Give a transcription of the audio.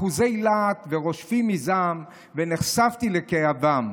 אחוזי להט ורושפים מזעם, ונחשפתי לכאבם.